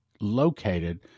located